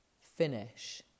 finish